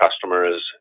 customers